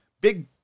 big